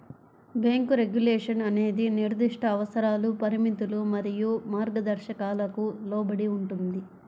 bank regulation అనేది నిర్దిష్ట అవసరాలు, పరిమితులు మరియు మార్గదర్శకాలకు లోబడి ఉంటుంది,